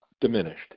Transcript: diminished